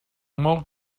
molt